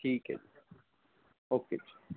ਠੀਕ ਹੈ ਜੀ ਓਕੇ ਜੀ